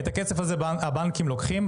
את הכסף הזה הבנקים לוקחים,